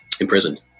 imprisoned